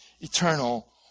eternal